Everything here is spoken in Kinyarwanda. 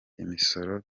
imisoro